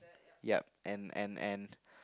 yup and and and